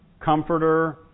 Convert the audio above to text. comforter